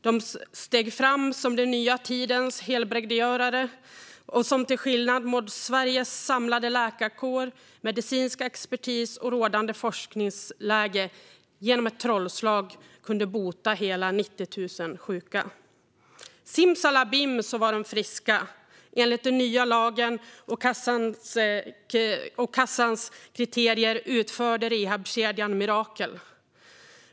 De steg fram som den nya tidens helbrägdagörare som till skillnad mot Sveriges samlade läkarkår, medicinska expertis och rådande forskningsläge genom ett trollslag kunde bota hela 90 000 sjuka. Simsalabim så var de friska. Enligt den nya lagen och Försäkringskassans kriterier utförde rehabkedjan mirakel.